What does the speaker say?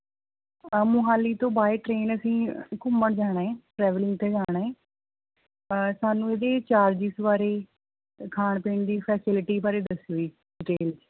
ਮੋਹਾਲੀ ਤੋਂ by train ਅਸੀਂ ਘੁੰਮਣ ਜਾਣਾ ਏ ਟ੍ਰੈਵਲਿੰਗ 'ਤੇ ਜਾਣਾ ਏ ਸਾਨੂੰ ਇਹਦੀ ਚਾਰਜਿਸ ਬਾਰੇ ਖਾਣ ਪੀਣ ਦੀ ਫੈਸਿਲੀਟੀ ਬਾਰੇ ਦੱਸਿਓ ਜੀ ਡੀਟੇਲ 'ਚ